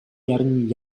jarní